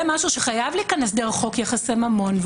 זה משהו שחייב להיכנס דרך חוק יחסי ממון,